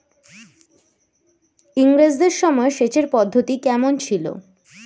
ইঙরেজদের সময় সেচের পদ্ধতি কমন ছিল?